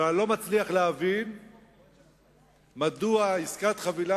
אבל אני לא מצליח להבין מדוע עסקת חבילה